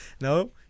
No